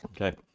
okay